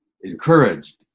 encouraged